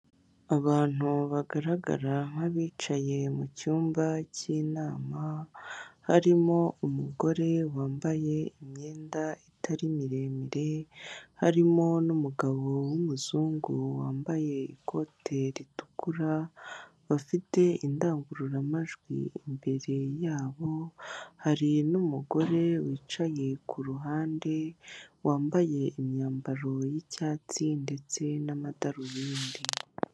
Abantu bagaragara nk'abicaye mu cyumba cy'inama harimo umugore wambaye imyenda itari miremire, harimo n'umugabo w'umuzungu wambaye ikote ritukura bafite indangururamajwi imbere yabo, hari n'umugore wicaye ku ruhande wambaye imyambaro y'icyatsi, ndetse n'amadarubindi.